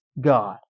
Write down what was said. God